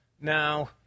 Now